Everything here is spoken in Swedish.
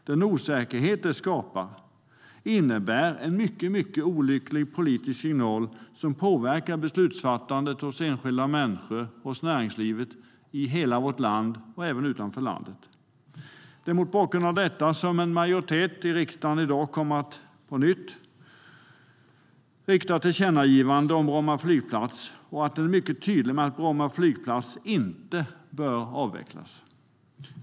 Den osäkerhet det skapar ger en mycket olycklig politisk signal som påverkar beslutsfattandet hos enskilda människor, hos näringslivet i hela vårt land och även utanför landet. Det är mot bakgrund av detta som en majoritet av riksdagen i dag på nytt kommer att göra ett tillkännagivande om Bromma flygplats, ett tillkännagivande där man är mycket tydlig med att Bromma flygplats inte bör avvecklas.